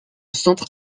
centre